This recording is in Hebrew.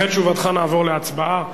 אחרי תשובתך נעבור להצבעה,